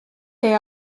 they